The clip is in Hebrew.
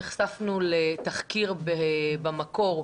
נחשפנו לתחקיר של "המקור",